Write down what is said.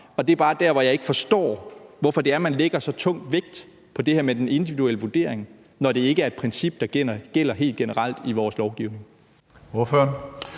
og det er bare der, hvor jeg ikke forstår, hvorfor det er, at man lægger så tung vægt på det her med den individuelle vurdering, når det ikke er et princip, der gælder helt generelt i vores lovgivning.